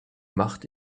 machte